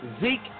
Zeke